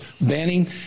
banning